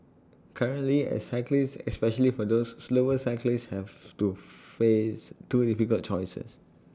currently as cyclists especially for those slower cyclists have to face two difficult choices